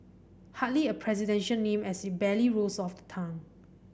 hardly a presidential name as it barely rolls off the tongue